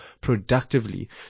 productively